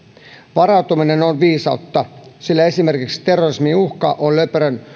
varautuminen on viisautta sillä esimerkiksi terrorismin uhka on löperön